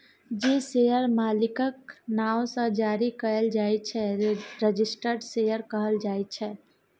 जे शेयर मालिकक नाओ सँ जारी कएल जाइ छै रजिस्टर्ड शेयर कहल जाइ छै